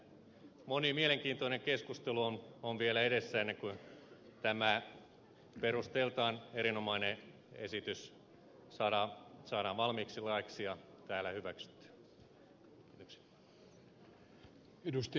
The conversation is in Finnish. moni mielenkiintoinen keskustelu on vielä edessä ennen kuin tämä perusteiltaan erinomainen esitys saadaan valmiiksi laiksi ja täällä hyväksytyksi